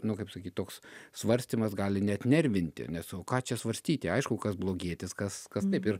nu kaip sakyt toks svarstymas gali net nervinti nes o ką čia svarstyti aišku kas blogietis kas kas taip ir